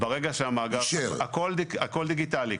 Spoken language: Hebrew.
הכול דיגיטלי.